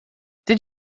did